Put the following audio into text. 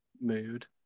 Mood